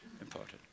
important